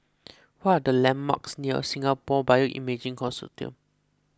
what are the landmarks near Singapore Bioimaging Consortium